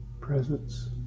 Presence